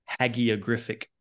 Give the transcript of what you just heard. hagiographic